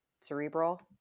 cerebral